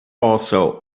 also